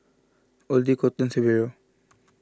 Oddie Kolton Severo